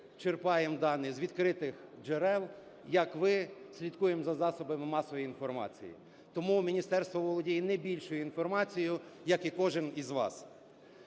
черпаємо дані з відкритих джерел, як ви, слідкуємо за засобами масової інформації. Тому міністерство володіє не більшою інформацією, як і кожен із вас.